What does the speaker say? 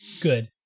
Good